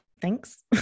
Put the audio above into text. Thanks